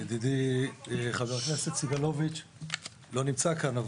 ידידי חבר הכנסת סגלוביץ׳ לא נמצא כאן.